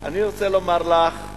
אני רוצה לומר לך,